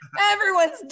Everyone's